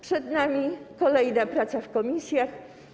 Przed nami kolejna praca w komisjach.